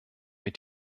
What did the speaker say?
mit